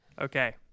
Okay